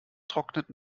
trocknet